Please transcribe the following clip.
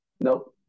nope